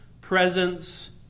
presence